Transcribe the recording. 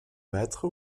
battre